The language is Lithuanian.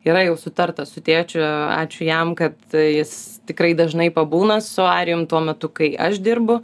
yra jau sutarta su tėčiu ačiū jam kad jis tikrai dažnai pabūna su arijum tuo metu kai aš dirbu